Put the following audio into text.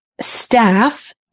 staff